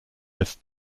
ist